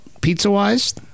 pizza-wise